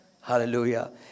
Hallelujah